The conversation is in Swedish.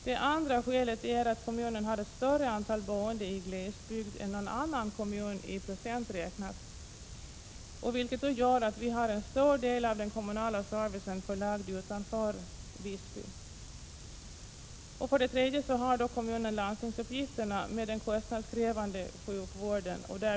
Det andra skälet är att kommunen har ett större antal boende i glesbygd än någon annan kommun räknat i procent. Det gör att en stor del av den kommunala servicen är förlagd utanför Visby. För det tredje har kommunen landstingsuppgifterna med den kostnadskrävande sjukvården.